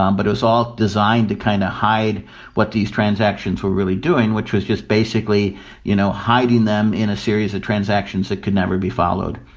um but it was all designed to kind of hide what these transactions were really doing, which was just basically you know hiding them in a series of transactions that could never be followed,